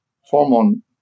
hormone